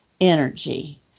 energy